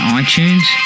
iTunes